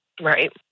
Right